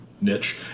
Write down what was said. niche